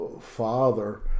father